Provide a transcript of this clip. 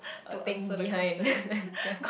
a thing behind ya